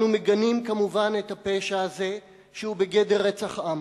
אנו מגנים, כמובן, את הפשע הזה, שהוא בגדר רצח עם.